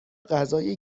غذای